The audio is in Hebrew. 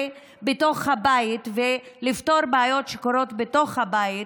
בתוך הבית ולפתור בעיות שקורות בתוך הבית,